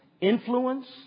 influence